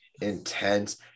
intense